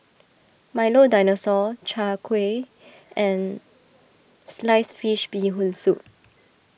Milo Dinosaur Chai Kuih and Sliced Fish Bee Hoon Soup